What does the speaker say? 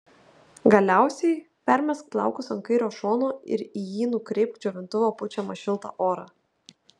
galiausiai permesk plaukus ant kairio šono ir į jį nukreipk džiovintuvo pučiamą šiltą orą